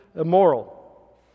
immoral